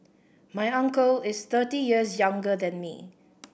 my uncle is thirty years younger than me